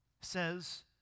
says